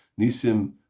Nisim